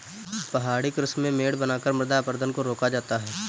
पहाड़ी कृषि में मेड़ बनाकर मृदा अपरदन को रोका जाता है